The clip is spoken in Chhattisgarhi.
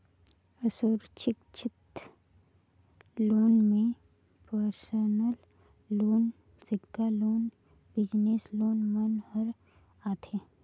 असुरक्छित लोन में परसनल लोन, सिक्छा लोन, बिजनेस लोन मन हर आथे